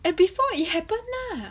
at before it happened lah